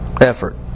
effort